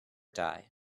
die